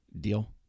Deal